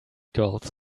girls